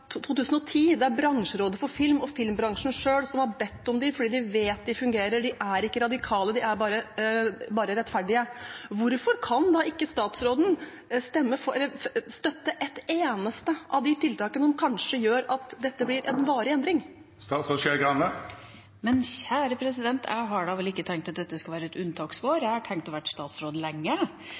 2010. Det er Bransjerådet for film og filmbransjen selv som har bedt om dem, fordi de vet de fungerer. De er ikke radikale, de er bare rettferdige. Hvorfor kan ikke statsråden støtte et eneste av de tiltakene, som kanskje gjør at dette blir en varig endring? Jeg har ikke tenkt at dette skal være et unntaksår. Jeg har tenkt å være statsråd lenge,